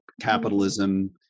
capitalism